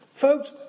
Folks